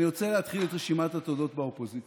אני רוצה להתחיל את רשימת התודות באופוזיציה.